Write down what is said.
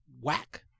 whack